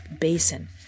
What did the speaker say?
basin